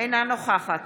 אינה נוכחת